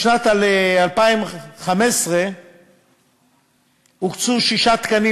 בשנת 2015 הוקצו שישה תקנים